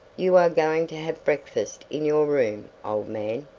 you are going to have breakfast in your room, old man.